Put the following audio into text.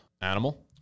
Animal